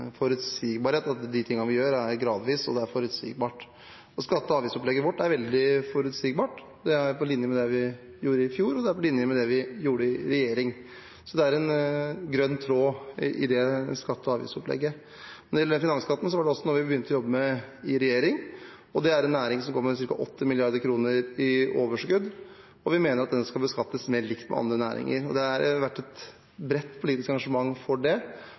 forutsigbarhet, at de tingene vi gjør, skjer gradvis og er forutsigbare. Skatte- og avgiftsopplegget vårt er veldig forutsigbart. Det er på linje med det vi gjorde i fjor, og det er på linje med det vi gjorde i regjering. Det er en grønn tråd i det skatte- og avgiftsopplegget. Når det gjelder finansskatten, var det også noe vi begynte å jobbe med i regjering. Dette er en næring som går med ca. 8 mrd. kr i overskudd, og vi mener at den skal beskattes mer likt med andre næringer. Det har vært et bredt politisk engasjement for det,